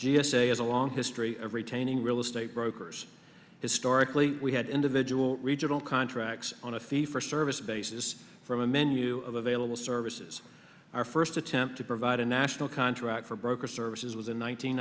is a long history of retaining real estate brokers historically we had individual regional contracts on a fee for service basis from a menu of available services our first attempt to provide a national contract for broker services was in